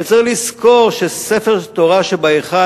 וצריך לזכור שספר תורה שבהיכל,